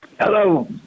Hello